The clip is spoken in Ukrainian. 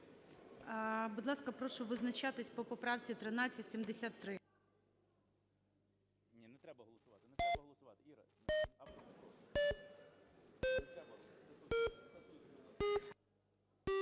Будь ласка, прошу визначитися по поправці 1378.